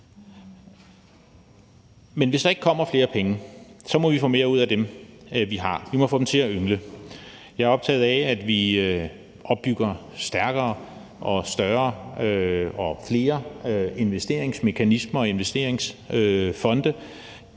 Men hvis der ikke kommer flere penge, må vi få mere ud af dem, vi har. Vi må få dem til at yngle. Jeg er optaget af, at vi opbygger stærkere, større og flere investeringsmekanismer og investeringsfonde.